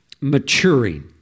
maturing